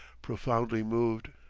profoundly moved.